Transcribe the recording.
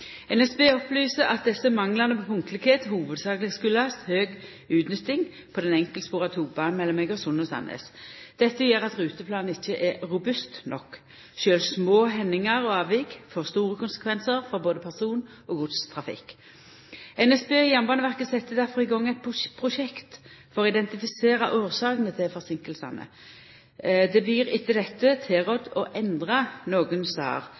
NSB opplyser at desse manglane på punktlegheit hovudsakleg kjem av høg utnytting på den enkeltspora togbanen mellom Egersund og Sandnes. Dette gjer at ruteplanen ikkje er robust nok. Sjølv små hendingar og avvik får store konsekvensar for både person- og godstrafikk. NSB og Jernbaneverket sette difor i gang eit prosjekt for å identifisera årsakene til forseinkingane. Det blir etter dette